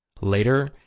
Later